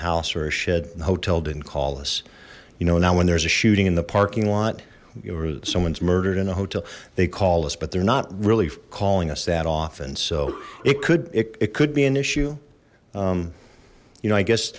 house or a shed the hotel didn't call us you know that when there's a shooting in the parking lot someone's murdered in a hotel they call us but they're not really calling us that often so it could it could be an issue you know i guess